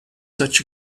such